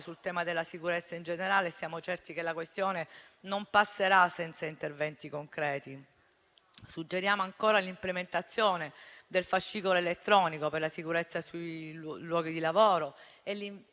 al tema della sicurezza in generale, siamo certi che la questione non passerà senza interventi concreti. Suggeriamo, ancora, l'implementazione del fascicolo elettronico per la sicurezza sui luoghi di lavoro, l'individuazione